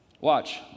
Watch